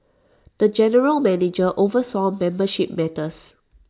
the general manager oversaw membership matters